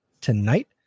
tonight